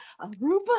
Aruba